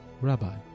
Rabbi